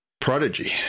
Prodigy